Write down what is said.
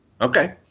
Okay